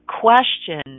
question